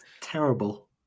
terrible